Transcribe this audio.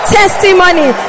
testimony